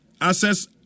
Access